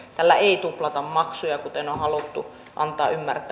tällä ei tuplata maksuja kuten on haluttu antaa ymmärtää